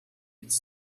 its